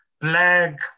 black